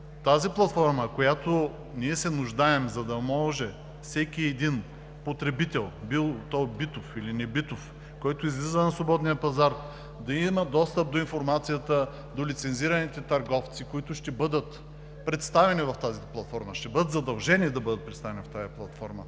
тази платформа, от която ние се нуждаем, за да може всеки един потребител – битов или небитов, който излиза на свободния пазар, да има достъп до информацията, до лицензираните търговци, които ще бъдат задължени да бъдат представени в тази платформа.